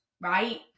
right